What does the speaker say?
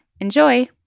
Enjoy